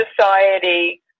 society